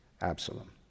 Absalom